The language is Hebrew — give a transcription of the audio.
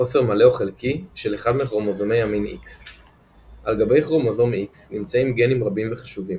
חוסר מלא או חלקי של אחד מכרומוזומי המין X. על גבי כרומוזום X נמצאים גנים רבים וחשובים,